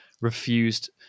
refused